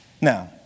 Now